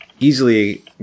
Easily